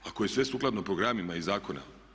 Ako je sve sukladno programima iz zakona.